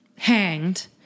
hanged